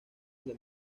del